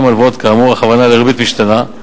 הלוואות כאמור" הכוונה לריבית משתנה,